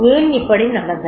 ஏன் இப்படி நடந்தது